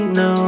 no